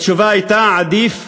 התשובה הייתה: עדיף,